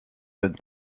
with